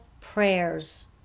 prayers